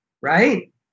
right